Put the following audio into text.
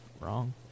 Wrong